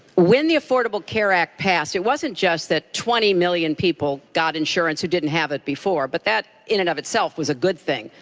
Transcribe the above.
when the affordable care act passed, it wasn't just that twenty million people got insurance who didn't have it before. but that, in and of itself is a good thing.